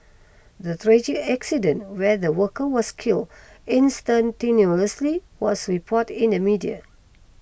the tragic accident where the worker was killed instantaneously was reported in the media